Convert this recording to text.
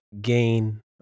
gain